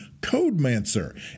Codemancer